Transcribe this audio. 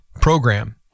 program